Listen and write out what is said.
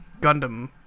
Gundam